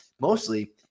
Mostly